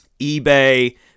eBay